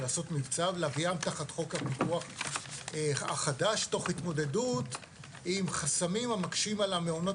ולהביאם תחת חוק הפיקוח החדש תוך התמודדות עם חסמים המקשים על המעונות